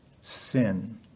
sin